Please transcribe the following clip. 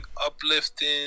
uplifting